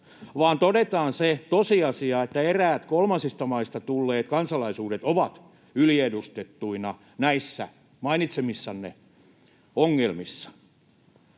todetaan se tosiasia, että eräät kolmansista maista tulleet kansalaisuudet ovat yliedustettuina näissä mainitsemissanne ongelmissa